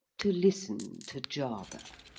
to listen to jarber.